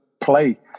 play